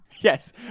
Yes